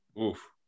Oof